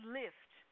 lift